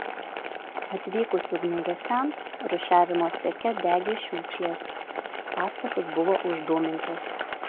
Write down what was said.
atvykus ugniagesiams rūšiavimo ceche degė šiukšlės pastatas buvo uždūmintas